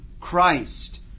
Christ